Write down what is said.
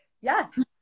Yes